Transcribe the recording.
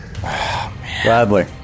Gladly